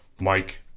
Mike